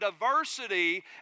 diversity